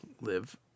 live